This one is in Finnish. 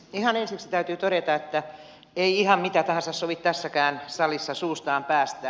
ihan ensiksi täytyy todeta että ei ihan mitä tahansa sovi tässäkään salissa suustaan päästää